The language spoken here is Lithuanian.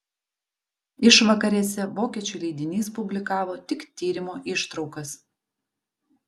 išvakarėse vokiečių leidinys publikavo tik tyrimo ištraukas